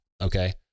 Okay